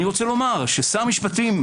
שר משפטים,